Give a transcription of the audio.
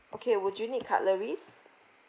okay would you need cutleries